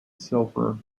silver